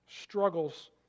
struggles